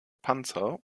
panzer